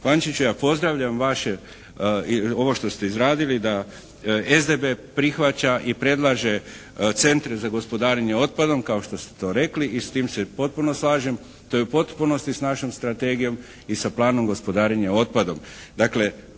Pančiću ja pozdravljam vaše ovo što ste izradili da SDP prihvaća i predlaže centre za gospodarenje otpadom kao što ste to rekli i s time se potpuno slažem, to je u potpunosti s našom strategijom i sa planom gospodarenja otpadom.